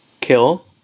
Kill